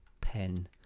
pen